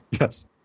Yes